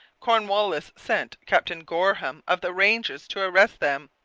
cornwallis sent captain goreham of the rangers to arrest them.